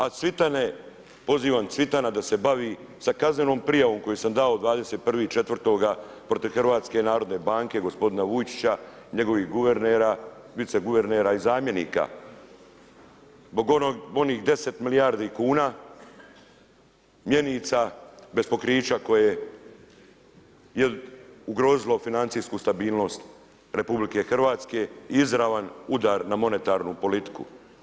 A Cvitane, pozivam Cvitana da se bavi sa kaznenom prijavom koju sam dao 21.4. protiv HNB-a gospodina Vujčića, njegovih guvernera, viceguvernera i zamjenika zbog onih 10 milijardi kuna mjenica bez pokrića koje je ugrozilo financijsku stabilnost RH i izravan udar na monetarnu politiku.